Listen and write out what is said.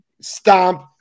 Stomp